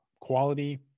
quality